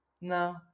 No